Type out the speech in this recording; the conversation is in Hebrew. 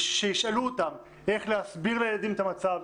שישאלו אותם איך להסביר לילדים את המצב,